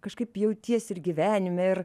kažkaip jautiesi ir gyvenime ir